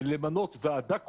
למנות ועדה קרועה,